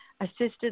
assisted